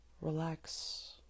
relax